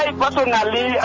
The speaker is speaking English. personally